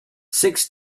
six